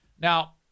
Now